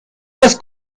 las